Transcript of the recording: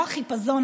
לא החיפזון,